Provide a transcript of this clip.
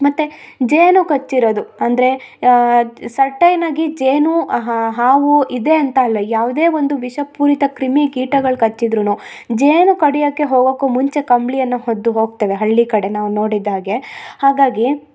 ಮತ್ತು ಜೇನು ಕಚ್ಚಿರೊದು ಅಂದರೆ ಸರ್ಟೈನ್ ಆಗಿ ಜೇನೂ ಹಾವು ಇದೇ ಅಂತ ಅಲ್ಲ ಯಾವುದೇ ಒಂದು ವಿಷಪೂರಿತ ಕ್ರಿಮಿ ಕೀಟಗಳು ಕಚ್ಚಿದರೂನು ಜೇನು ಕಡಿಯೊಕೆ ಹೋಗೋಕು ಮುಂಚೆ ಕಂಬಳಿಯನ್ನ ಹೊದ್ದು ಹೋಗ್ತೆವೆ ಹಳ್ಳಿ ಕಡೆ ನಾವು ನೋಡಿದ ಹಾಗೆ ಹಾಗಾಗಿ